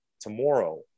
tomorrow